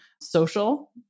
social